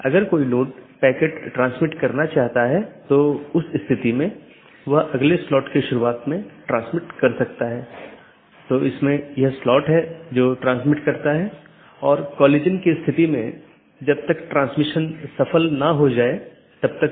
इसलिए अगर हम फिर से इस आंकड़े पर वापस आते हैं तो यह दो BGP स्पीकर या दो राउटर हैं जो इस विशेष ऑटॉनमस सिस्टमों के भीतर राउटरों की संख्या हो सकती है